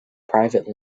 private